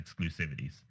exclusivities